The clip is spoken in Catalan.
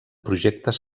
projectes